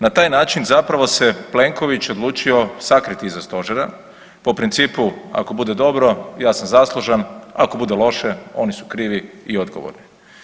Na taj način zapravo se Plenković odlučio sakriti iza stožera po principu ako bude dobro ja sam zaslužan, ako bude loše oni su krivi i odgovorni.